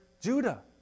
Judah